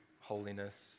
holiness